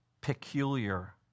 peculiar